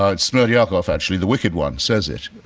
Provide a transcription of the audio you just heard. ah snelyakov, actually, the wicked one, says it.